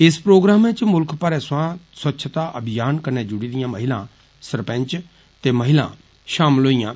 इस प्रोग्रामै च मुल्ख भरै सवां स्वच्छता अभियान कन्ने जुड़ी दियां महिला सरपंच ते महिला षामल होइयां